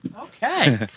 Okay